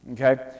Okay